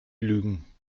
lügen